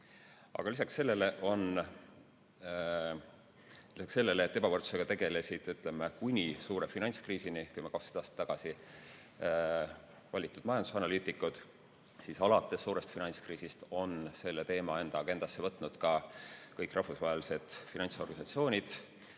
Aga lisaks sellele, et ebavõrdsusega tegelesid kuni suure finantskriisini ehk juba 12 aastat tagasi valitud majandusanalüütikud, siis alates suurest finantskriisist on selle teema enda agendasse võtnud ka kõik rahvusvahelised finantsorganisatsioonid,